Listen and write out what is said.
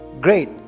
Great